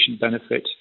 benefit